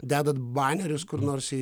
dedat banerius kur nors į